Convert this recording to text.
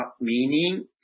meaning